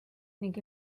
ning